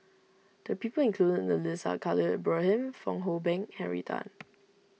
the people included in the list are Khalil Ibrahim Fong Hoe Beng Henry Tan